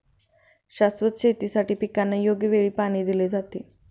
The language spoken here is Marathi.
शाश्वत शेतीसाठी पिकांना योग्य वेळी पाणी दिले जाते